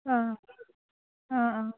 অঁ অঁ অঁ